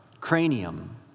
cranium